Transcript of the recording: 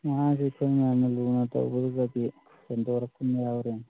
ꯃꯁꯤ ꯑꯩꯈꯣꯏ ꯃꯌꯥꯝꯅ ꯂꯨꯅ ꯇꯧꯕꯁꯤꯗꯗꯤ ꯍꯦꯟꯗꯣꯔꯛꯄ ꯑꯃ ꯌꯥꯎꯔꯦꯅꯦ